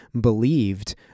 believed